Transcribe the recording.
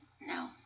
no